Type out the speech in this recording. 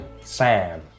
Sam